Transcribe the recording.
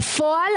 בפועל,